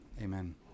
Amen